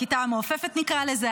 הכיתה המעופפת, נקרא לזה.